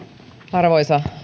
arvoisa